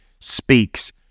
speaks